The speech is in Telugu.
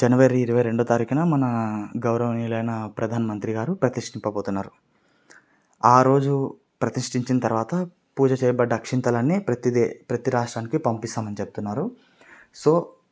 జనవరి ఇరవై రెండవ తారీఖున మన గౌరవనీయులైన ప్రధాన మంత్రి గారు ప్రతిష్టింపబోతున్నారు ఆరోజు ప్రతిష్టించిన తరువాత పూజ చేయబడిన అక్షింతలన్నీ ప్రతిదే ప్రతి రాష్టానికి పంపిస్తామని చెప్తున్నారు సో